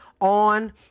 on